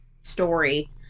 story